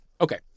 Okay